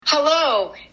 Hello